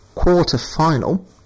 quarter-final